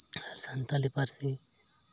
ᱥᱟᱱᱛᱟᱲᱤ ᱯᱟᱹᱨᱥᱤ